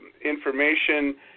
information